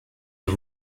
you